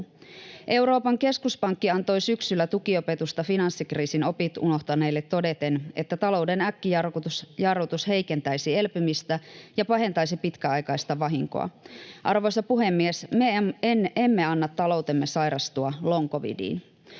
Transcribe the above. Euroopan keskuspankki antoi syksyllä tukiopetusta finanssikriisin opit unohtaneille todeten, että talouden äkkijarrutus heikentäisi elpymistä ja pahentaisi pitkäaikaista vahinkoa. Arvoisa puhemies, me emme anna taloutemme sairastua long covidiin.